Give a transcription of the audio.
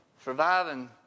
surviving